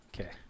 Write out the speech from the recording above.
Okay